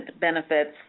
benefits